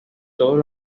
todos